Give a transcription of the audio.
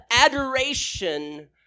adoration